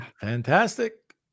Fantastic